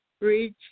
reach